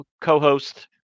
co-host